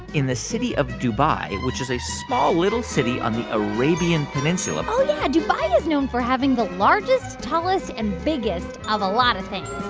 in the city of dubai, which is a small, little city on the arabian peninsula. oh, yeah. dubai is known for having the largest, tallest and biggest of a lot of things.